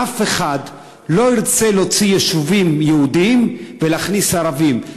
אף אחד לא ירצה להוציא יישובים יהודיים ולהכניס ערביים,